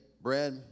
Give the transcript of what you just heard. bread